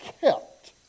kept